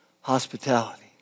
hospitality